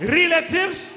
relatives